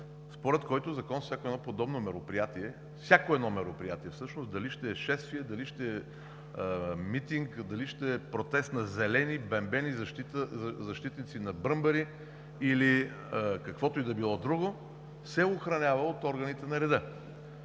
според който всяко едно мероприятие – дали ще е шествие, дали ще е митинг, дали ще е протест на зелени, пембени, защитници на бръмбари или каквото и да било друго, се охранява от органите на реда,